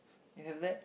you have that